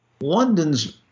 London's